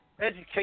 Education